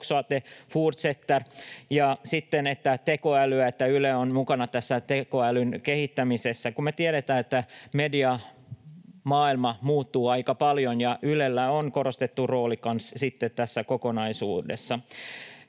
ja sitten että Yle on mukana tässä tekoälyn kehittämisessä, kun me tiedetään, että mediamaailma muuttuu aika paljon ja Ylellä on korostettu rooli tässä kokonaisuudessa.